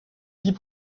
lits